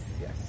yes